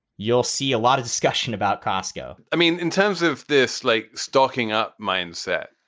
you'll see a lot of discussion about costco i mean, in terms of this like stocking up mindset,